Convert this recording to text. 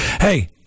Hey